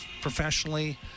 professionally